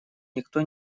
никто